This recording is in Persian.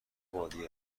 بادی